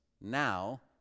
now